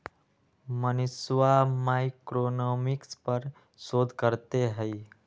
मनीषवा मैक्रोइकॉनॉमिक्स पर शोध करते हई